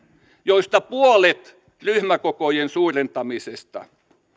joista puolet ryhmäkokojen suurentamisesta